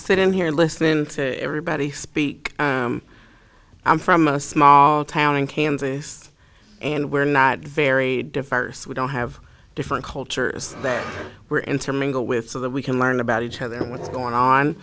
sitting here listening to everybody speak i'm from a small town in kansas and we're not very diverse we don't have different cultures there were intermingle with so that we can learn about each other and what's going on